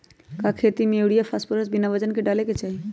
का खेती में यूरिया फास्फोरस बिना वजन के न डाले के चाहि?